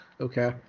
Okay